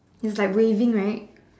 it's like waving right